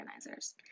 organizers